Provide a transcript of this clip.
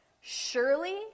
Surely